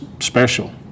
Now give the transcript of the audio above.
special